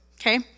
okay